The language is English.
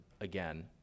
again